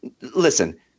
Listen